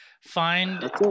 find